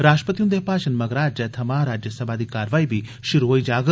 राश्ट्रपति हुंदे भाशण मगरा अज्जै थमां राज्यसभा दी कार्रवाई बी षुरु होई जाग